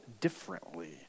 differently